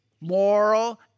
moral